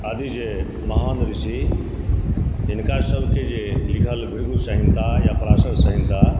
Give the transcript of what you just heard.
आदि जे महान ऋषि हिनका सबकेँ जे लिखल भृगु सन्हिता या पराशर सन्हिता